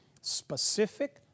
specific